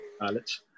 college